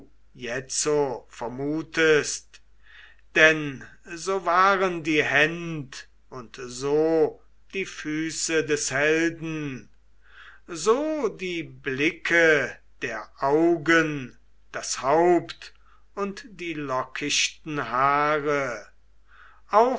jetzo vermutest denn so waren die händ und so die füße des helden so die blicke der augen das haupt und die lockigen haare